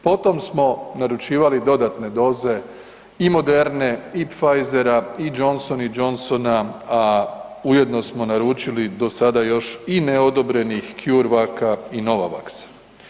Potom smo naručivali dodatne doze i Moderne i Pfizera i Johnson & Johnsona, a ujedno smo naručili do sada još i neodobrenih CureVaca i Novavaxa.